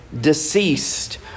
deceased